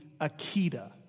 Akita